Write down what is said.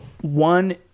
one